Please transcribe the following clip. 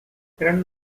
hearn